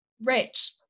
rich